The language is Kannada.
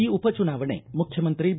ಈ ಉಪಚುನಾವಣೆ ಮುಖ್ಯಮಂತ್ರಿ ಬಿ